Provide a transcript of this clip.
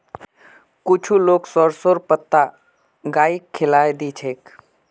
कुछू लोग सरसोंर पत्ता गाइक खिलइ दी छेक